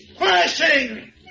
crashing